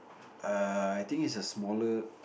err I think it's a smaller